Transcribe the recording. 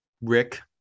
Rick